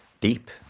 Deep